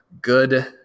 good